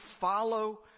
follow